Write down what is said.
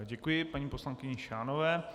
Děkuji paní poslankyni Šánové.